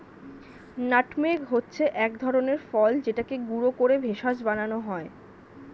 nutmeg হচ্ছে এক ধরনের ফল যেটাকে গুঁড়ো করে ভেষজ বানানো হয়